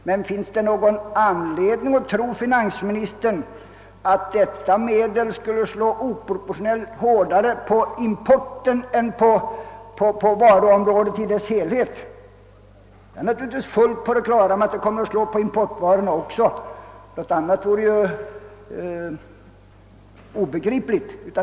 Men finns det någon anledning att tro, herr finansminister, att detta medel skulle slå oproportionellt hårdare på importvarorna än på varuområdet i dess helhet? Jag är naturligtvis fullt på det klara med att det också kommer att slå på importvarorna, något annat vore ju obegripligt.